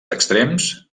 extrems